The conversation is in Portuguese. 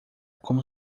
como